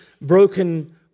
broken